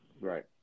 Right